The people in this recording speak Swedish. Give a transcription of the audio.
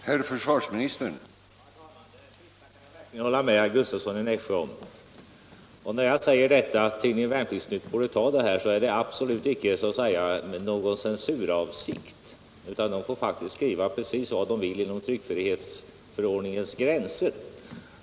Herr talman! Det sista kan jag verkligen hålla med herr Gustavsson i Nässjö om. När jag säger att tidningen Värnplikts-Nytt borde ta in detta är det absolut icke med någon censuravsikt. Tidningen får faktiskt skriva precis vad den vill inom tryckfrihetsförordningens gränser.